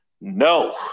No